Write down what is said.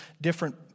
different